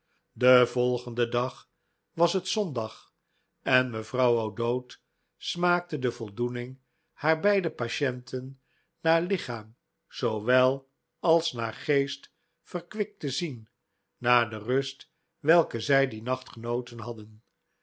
den volgenden dag was het zondag en mevrouw o'dowd smaakte de voldoening haar beide patienten naar lichaam zoowel als naar geest verkwikt te zien na de rust welke zij dien nacht genoten hadden